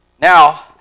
Now